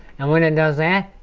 and when it does that,